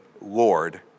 Lord